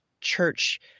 church